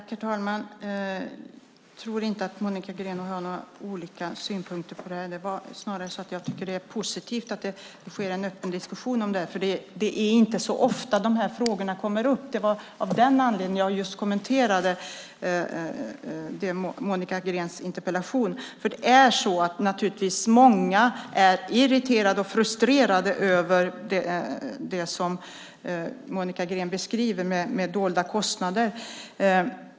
Herr talman! Jag tror inte att Monica Green och jag har olika synpunkter på det här. Jag tycker snarare att det är positivt att det sker en öppen diskussion om det här, för det är inte så ofta de här frågorna kommer upp. Det var av den anledningen som jag just kommenterade Monica Greens interpellation. Det är naturligtvis många som är irriterade och frustrerade över det som Monica Green beskriver om dolda kostnader.